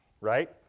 right